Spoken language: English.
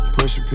Push